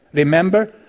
remember,